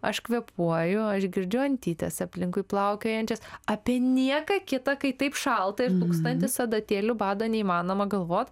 aš kvėpuoju aš girdžiu antytes aplinkui plaukiojančias apie nieką kitą kai taip šalta ir tūkstantis adatėlių bado neįmanoma galvot